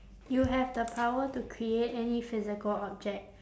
you have the power to create any physical object